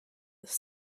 his